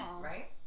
Right